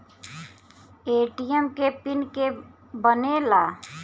ATM के PIN के के बनेला?